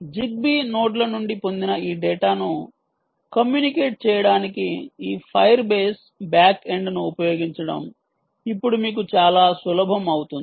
Zigbee నోడ్ల నుండి పొందిన ఈ డేటాను కమ్యూనికేట్ చేయడానికి ఈ ఫైర్ బేస్ బ్యాక్ ఎండ్ను ఉపయోగించడం ఇప్పుడు మీకు చాలా సులభం అవుతుంది